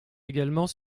également